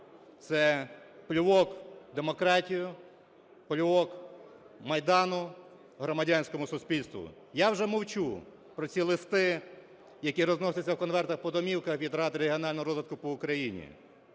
це плювок у демократію, плювок Майдану, громадянському суспільству. Я вже мовчу про ці листи, які розносяться у конвертах по домівках від Рад регіонального розвитку по Україні,